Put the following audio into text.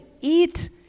eat